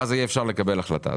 ואז אפשר יהיה לקבל החלטה.